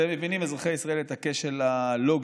אתם מבינים, אזרחי ישראל, את הכשל הלוגי?